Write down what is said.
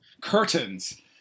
Curtains